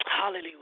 Hallelujah